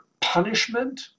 punishment